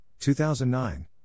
2009